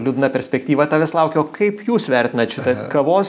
liūdna perspektyva tavęs laukia o kaip jūs vertinat šitą kavos